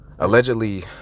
allegedly